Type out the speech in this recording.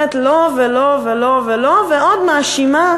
אומרת לא ולא ולא, ועוד מאשימה